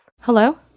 Hello